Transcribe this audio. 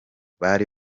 bari